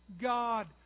God